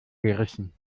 gerissen